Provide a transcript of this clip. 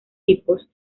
tipos